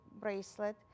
bracelet